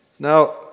Now